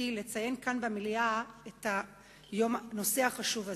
לציין כאן במליאה את הנושא החשוב הזה.